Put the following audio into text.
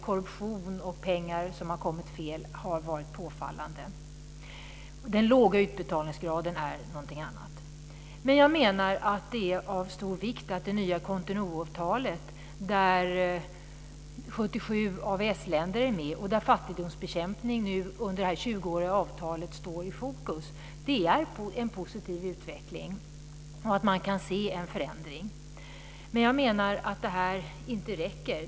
Korruption och pengar som har kommit fel har varit påfallande. Den låga utbetalningsgraden är någonting annat. Det nya Cotonouavtalet där 77 AVS-länder är med och där fattigdomsbekämpning under det 20 åriga avtalet står i fokus är av stor vikt och är en positiv utveckling där man kan se en förändring. Jag menar att det inte räcker.